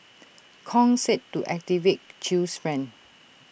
Kong said to activate chew's friend